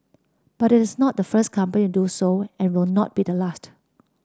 but it is not the first company to do so and will not be the last